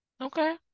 Okay